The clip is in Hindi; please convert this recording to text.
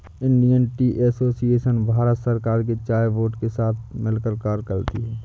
इंडियन टी एसोसिएशन भारत सरकार के चाय बोर्ड के साथ मिलकर कार्य करती है